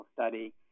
study